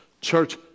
Church